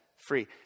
Free